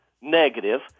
negative